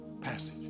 passage